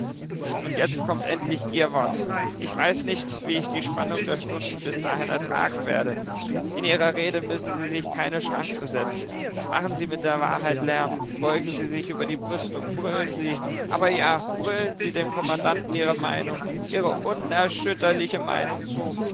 und jetzt kommt endlich ihr wort ich weiß nicht wie ich die spannung der stunden bis dahin ertragen werde in ihrer rede müssen sie sich keine schranken setzen machen sie mit der wahrheit lärm beugen sie sich über die brüstung brüllen sie aber ja brüllen sie dem kommandanten ihre meinung ihre unerschütterliche meinung zu